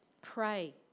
Pray